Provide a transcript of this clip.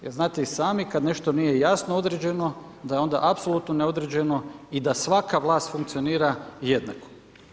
Jer znate i sami kada nešto nije jasno određeno da je onda apsolutno neodređeno i da svaka vlast funkcionira jednako.